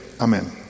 Amen